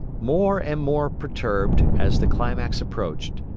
more and more perturbed, as the climax approached,